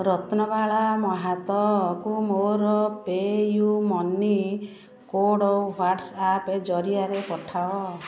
ରତ୍ନବାଳା ମହାତଙ୍କୁ ମୋର pay you money code WhatsApp ଜରିଆରେ ପଠାଅ